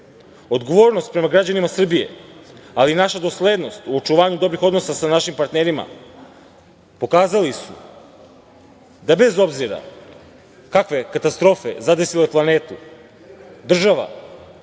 zemlje. Odgovornost prema građanima Srbije, ali i naša doslednost u očuvanju dobrih odnosa sa našim partnerima, pokazali su da bez obzira kakve katastrofe zadesile planetu, država